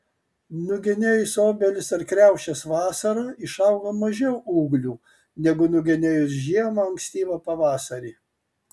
nugenėjus obelis ar kriaušes vasarą išauga mažiau ūglių negu nugenėjus žiemą ankstyvą pavasarį